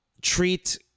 treat